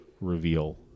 reveal